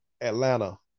Atlanta